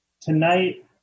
tonight